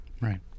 Right